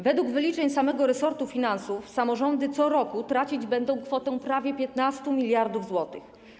Według wyliczeń samego resortu finansów samorządy co roku tracić będą kwotę prawie 15 mld zł.